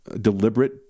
deliberate